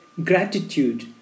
Gratitude